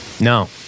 No